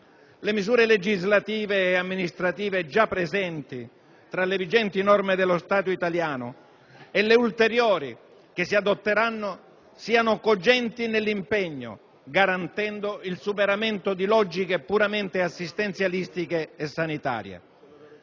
Le misure legislative e amministrative, già presenti tra le vigenti norme dello Stato italiano, e le ulteriori che si adotteranno siano cogenti nell'impegno garantendo il superamento di logiche puramente assistenziali e sanitarie.